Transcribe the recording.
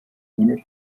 wondered